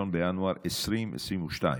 1 בינואר 2022,